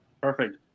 Perfect